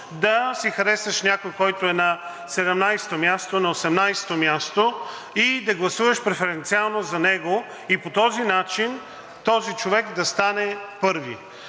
да си харесаш някого, който е на 17-о място, на 18-о място, да гласуваш преференциално за него и по този начин този човек да стане първи.